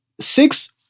six